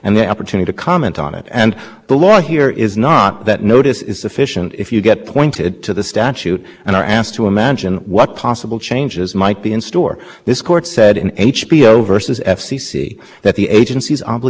the network if the parent subscribes to a service that keeps his or her child from accessing one hundred calls that kind of de minimus exception has always been understood and that's why the statute says it's enough to be connected to substantially all of the public that's different from the